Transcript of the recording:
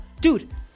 Dude